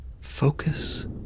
Focus